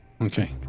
Okay